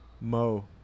Mo